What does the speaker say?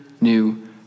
new